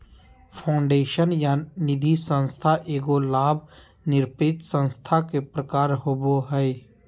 foundation या निधिसंस्था एगो लाभ निरपेक्ष संस्था के प्रकार होवो हय